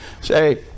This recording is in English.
say